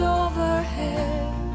overhead